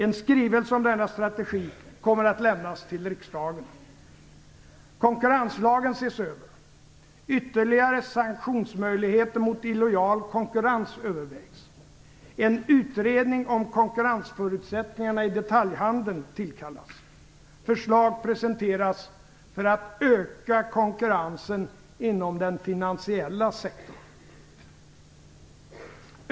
En skrivelse om denna strategi kommer att lämnas till riksdagen. Konkurrenslagen ses över. Ytterligare sanktionsmöjligheter mot illojal konkurrens övervägs. En utredning om konkurrensförutsättningarna i detaljhandeln tillkallas. Förslag presenteras för att öka konkurrensen inom den finansiella sektorn.